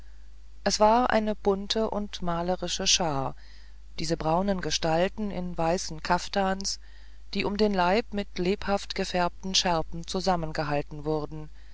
es war eine bunte und malerische schar diese braunen gestalten in weißen kaftans die um den leib von lebhaft gefärbten schärpen zusammengehalten wurden